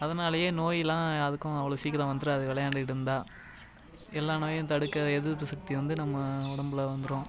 அதனாலேயே நோயிலாம் அதுக்கும் அவ்வளோ சீக்கிரம் வந்துடாது விளையாண்டுட்டு இருந்தால் எல்லா நோயும் தடுக்க எதிர்ப்பு சக்தி வந்து நம்ம உடம்பில் வந்துடும்